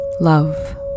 Love